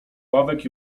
ławek